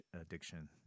addiction